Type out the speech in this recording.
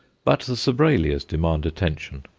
but the sobralias demand attention.